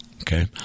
okay